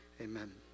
amen